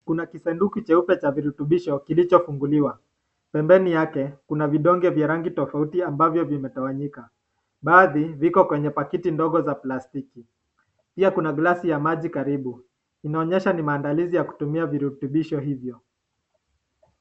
kuna kisaduku nyeupe kilicho funguliwa kuna vidonge vya rangi tofauti tofauti, ambavyo zimetowanishwa, liko kwenye bakiti ndogo ya plastiki pia kuna glasi ya maji karibu inaonyesha ni maandalizi ya kutumia virusi hivyo.